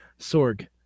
Sorg